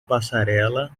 passarela